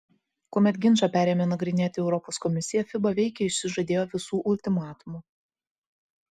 kuomet ginčą perėmė nagrinėti europos komisija fiba veikiai išsižadėjo visų ultimatumų